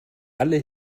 alle